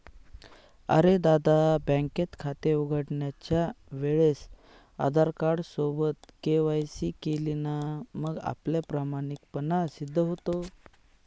अरे दादा, बँकेत खाते उघडण्याच्या वेळेस आधार कार्ड सोबत के.वाय.सी केली ना मग आपला प्रामाणिकपणा सिद्ध होतो